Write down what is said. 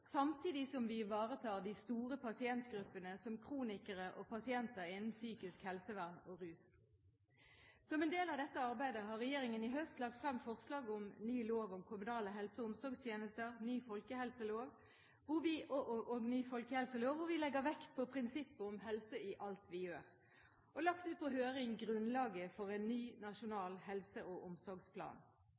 samtidig som vi ivaretar de store pasientgruppene, som kronikere og pasienter innen psykisk helsevern og rus. Som en del av dette arbeidet har regjeringen i høst lagt frem forslag om en ny lov om kommunale helse- og omsorgstjenester og en ny folkehelselov, hvor vi legger vekt på prinsippet om helse i alt vi gjør, og vi har lagt ut på høring grunnlaget til en ny nasjonal helse- og omsorgsplan.